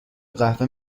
قهوه